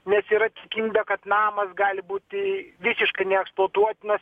nes yra tikimybė kad namas gali būti visiškai neeksploatuotinas